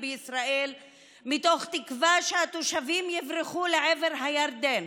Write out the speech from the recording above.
בישראל מתוך תקווה שהתושבים יברחו לעבר הירדן,